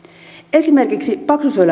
esimerkiksi